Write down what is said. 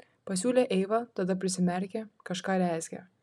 pasiūlė eiva tada prisimerkė kažką rezgė